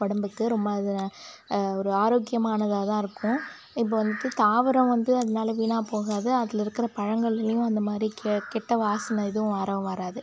உடம்புக்கு ரொம்ப அது ஒரு ஆரோக்கியமானதாக தான் இருக்கும் இப்போ வந்துட்டு தாவரம் வந்து அதனால வீணாகப்போகாது அதில் இருக்கிற பழங்கள்லேயும் அந்தமாதிரி கெ கெட்ட வாசனை எதுவும் வரவும் வராது